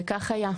וכך היה.